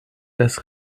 das